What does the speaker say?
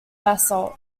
basalt